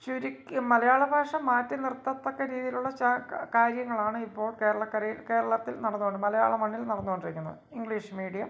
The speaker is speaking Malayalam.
ശരിക്ക് മലയാളഭാഷ മാറ്റി നിർത്തത്തക്ക രീതിയിലുള്ള കാര്യങ്ങളാണ് ഇപ്പോൾ കേരളക്കരയിൽ കേരളത്തിൽ നടന്നുകൊണ്ട് മലയാള മണ്ണിൽ നടന്നുകൊണ്ടിരിക്കുന്നത് ഇംഗ്ലീഷ് മീഡിയം